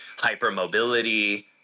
hypermobility